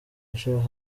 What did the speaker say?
nashakaga